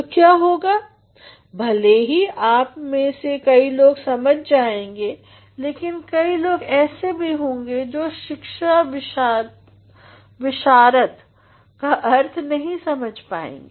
तो क्या होगा भले ही आप में से कई लोग समझ जाएंगे लेकिन कई लोग ऐसे भी हैं जो शिक्षाविशारद का अर्थ नहीं समझ पाएंगे